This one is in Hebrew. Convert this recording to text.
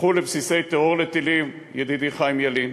הפכו לבסיסי טרור לטילים, ידידי חיים ילין.